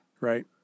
Right